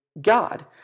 God